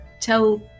tell